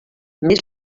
més